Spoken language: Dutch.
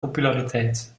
populariteit